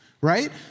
Right